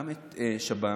גם את שב"ס,